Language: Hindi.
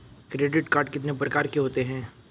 क्रेडिट कार्ड कितने प्रकार के होते हैं?